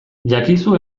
jakizu